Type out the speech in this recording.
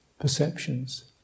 Perceptions